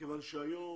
מכיוון שהיום